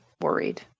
worried